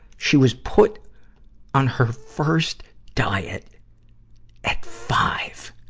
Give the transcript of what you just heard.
she was put on her first diet at five!